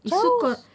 !wow!